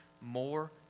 more